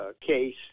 case